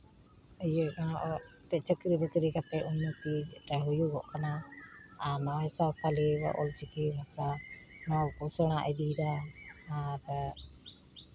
ᱤᱭᱟᱹᱛᱮ ᱪᱟᱹᱠᱨᱤ ᱵᱟᱹᱠᱨᱤ ᱠᱟᱛᱮ ᱩᱱᱱᱚᱛᱤ ᱡᱟᱛᱮ ᱦᱩᱭᱩᱜᱚᱜ ᱠᱟᱱᱟ ᱟᱢᱟᱜ ᱦᱚᱸ ᱥᱟᱶᱛᱟᱞᱤ ᱚᱞᱪᱤᱠᱤ ᱢᱮᱥᱟ ᱱᱚᱣᱟ ᱠᱚ ᱥᱮᱬᱟ ᱤᱫᱤᱭᱮᱫᱟ ᱟᱨ